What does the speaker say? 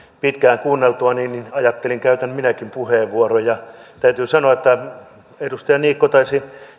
pitkään kuunneltuani ajattelin että käytän minäkin puheenvuoron täytyy sanoa että edustaja niikko taisi